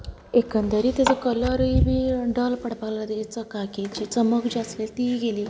एकंदरीत तेचो कलरय बी डल पडपाक लागलो तेची चकाकीची चमक जी आसलीं तीय गेली